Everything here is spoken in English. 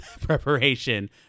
preparation